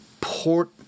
port